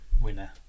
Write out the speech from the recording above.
winner